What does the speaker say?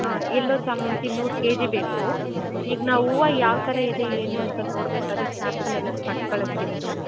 ಆಂ ಎಲ್ಲೊ ಚಾಮಂತಿ ನೂರು ಕೆಜಿ ಬೇಕು ಈಗ ನಾವು ಹೂವ ಯಾವ ಥರ ಇದೆ ಏನು ಅಂತ ನೋಡಬೇಕಾದ್ರೆ ಸ್ಯಾಂಪಲ್ ಏನಾದ್ರೂ ಕೊಟ್ ಕಳಿಸ್ತೀರಾ ಸರ್